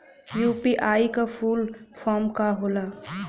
UPI का full form का होला?